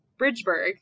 Bridgeburg